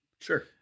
Sure